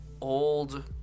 old